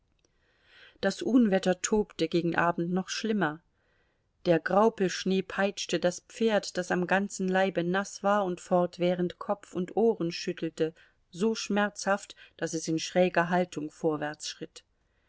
das unwetter tobte gegen abend noch schlimmer der graupelschnee peitschte das pferd das am ganzen leibe naß war und fortwährend kopf und ohren schüttelte so schmerzhaft daß es in schräger haltung vorwärts schritt